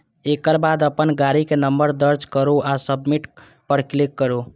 एकर बाद अपन गाड़ीक नंबर दर्ज करू आ सबमिट पर क्लिक करू